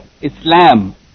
Islam